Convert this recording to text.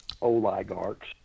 oligarchs